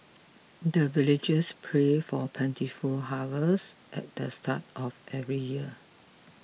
the villagers pray for plentiful harvest at the start of every year